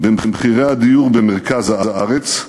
במחירי הדיור במרכז הארץ,